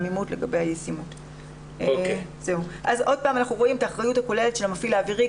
אתם רואים כאן ריכוז של חובות הנוסע בטרמינל,